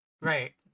right